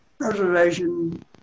Preservation